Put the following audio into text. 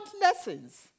lessons